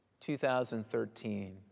2013